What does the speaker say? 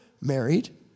married